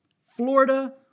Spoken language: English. Florida